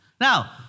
Now